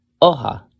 oha